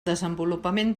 desenvolupament